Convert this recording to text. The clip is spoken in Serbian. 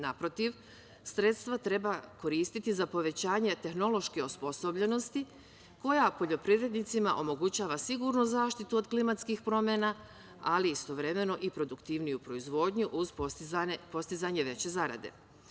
Naprotiv, sredstva treba koristiti za povećanje tehnološke osposobljenosti koja poljoprivrednicima omogućava sigurnu zaštitu od klimatskih promena, ali istovremeno i produktivniju proizvodnju uz postizanje veće zarade.